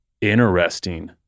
interesting